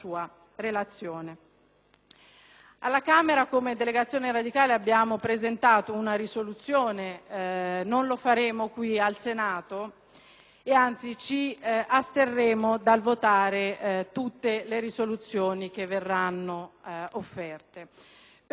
Alla Camera la delegazione radicale ha presentato una risoluzione; non lo faremo qui al Senato, ed anzi ci asterremo dal votare tutte le risoluzioni presentate e questo per un motivo molto semplice: